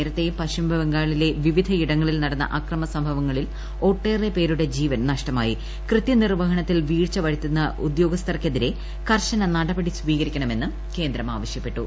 നേരെത്തെയും പശ്ചിമബം ഗാളിലെ വിവിധിയിടങ്ങളിൽ നടിന്നു അക്രമ സംഭവങ്ങളിൽ ഒട്ടേറെ പേരുടെ ജീവൻ നഷ്ടമായി കൃത്യനിർവ്വഹണത്തിൽ വീഴ്ച വരു ത്തുന്ന ഉദ്യോഗസ്ഥർക്കെതിരെ കർശന നടപടി സ്വീകരിക്കണമെന്നും കേന്ദ്രം ആവശ്യപ്പെട്ടു